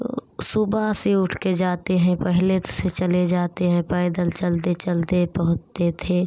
तो सुबह से उठ कर जाते हैं पहले से चले जाते हैं पैदल चलते चलते पहुँचते थे